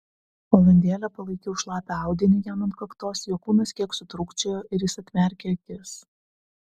valandėlę palaikiau šlapią audinį jam ant kaktos jo kūnas kiek sutrūkčiojo ir jis atmerkė akis